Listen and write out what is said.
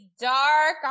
dark